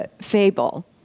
fable